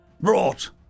Brought